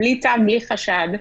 בלי צו, בלי חשד,